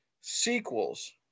sequels